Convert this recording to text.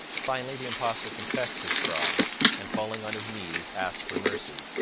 finally, the impostor confessed his fraud and, falling on his knees, asked for mercy.